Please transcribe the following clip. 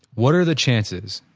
what are the chances,